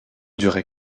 durait